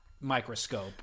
microscope